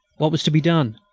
what was to be done?